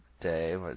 day